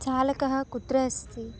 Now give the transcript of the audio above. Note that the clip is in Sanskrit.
चालकः कुत्र अस्ति